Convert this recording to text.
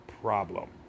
problem